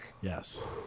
Yes